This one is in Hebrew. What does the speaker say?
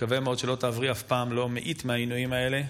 מקווה מאוד שלא תעברי אף פעם מאית מהעינויים האלה,